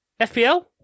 FPL